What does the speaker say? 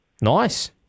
Nice